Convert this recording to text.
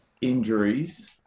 injuries